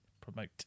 promote